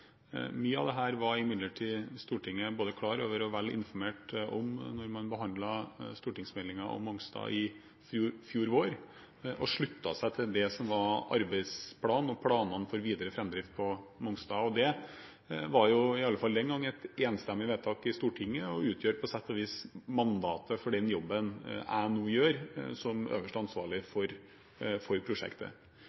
Mye av dette var imidlertid Stortinget både klar over og vel informert om da vi behandlet stortingsmeldingen om Mongstad i fjor vår, og de sluttet seg til det som var arbeidsplanen og planene for videre framdrift på Mongstad. Det var i alle fall den gangen et enstemmig vedtak i Stortinget, og det utgjør på sett og vis mandatet for den jobben jeg nå gjør som øverst ansvarlig